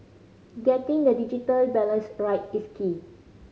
getting the digital balance right is key